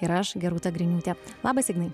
ir aš gerūta griniūtė labas ignai